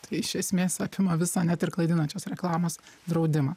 tai iš esmės apima visą net ir klaidinančios reklamos draudimą